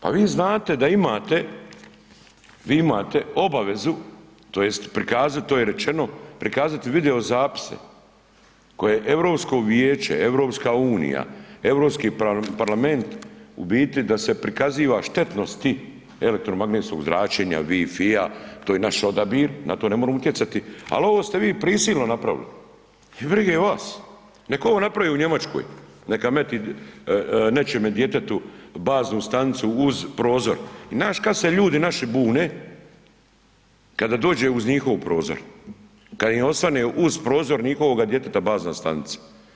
Pa vi znate da imate, vi imate obavezu, to jest prikazat, to je rečeno, prikazat video zapise koje Europsko vijeće, Europska unija, Europski parlament, u biti da se prikaziva štetnosti elektromagnetskih zračenja, wi-fi-ja, to je naš odabir, na to ne moremo utjecat, al' ovo ste vi prisilno napravili, i brige vas, nek' ovo napravi u Njemačkoj, neka meti nečijeme djetetu baznu stanicu uz prozor, i znaš kad se ljudi naši bune?, kada dođe uz njihov prozor, kad im osvane uz prozor njihovoga djeteta bazna stanica.